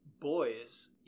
boys